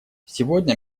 сегодня